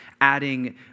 adding